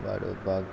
वाडोवपाक